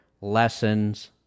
lessons